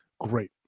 great